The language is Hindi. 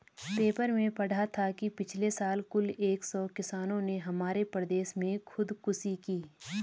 पेपर में पढ़ा था कि पिछले साल कुल एक सौ किसानों ने हमारे प्रदेश में खुदकुशी की